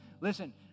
listen